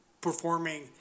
performing